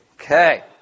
Okay